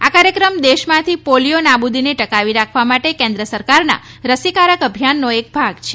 આ કાર્યક્રમ દેશમાંથી પોલિયો નાબૂદીને ટકાવી રાખવા માટે કેન્દ્ર સરકારના રસીકારક અભિયાનનો એક ભાગ છે